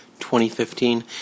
2015